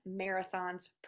marathons